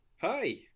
Hi